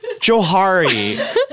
Johari